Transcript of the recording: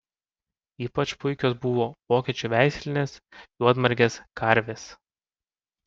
ypač puikios buvo vokiečių veislinės juodmargės karvės